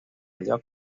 allò